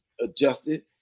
adjusted